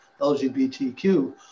LGBTQ